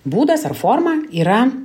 būdas ar forma yra